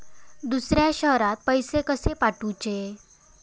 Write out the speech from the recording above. दुसऱ्या शहरात पैसे कसे पाठवूचे?